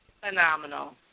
phenomenal